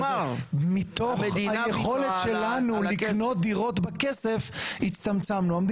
מתוך היכולת שלנו לקנות דירות בכסף הצטמצמנו.